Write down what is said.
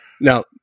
Now